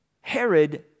Herod